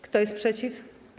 Kto jest przeciw?